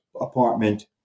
apartment